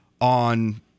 on